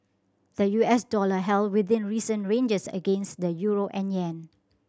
the U S dollar held within recent ranges against the euro and yen